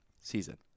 season